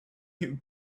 you